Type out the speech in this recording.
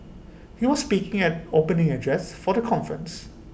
he was speaking at opening address for the conference